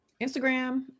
Instagram